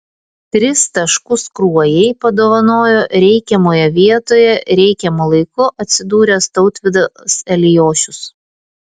tris taškus kruojai padovanojo reikiamoje vietoje reikiamu laiku atsidūręs tautvydas eliošius